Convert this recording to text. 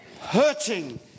hurting